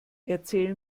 erzähl